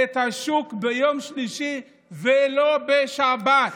השוק ביום שלישי ולא בשבת.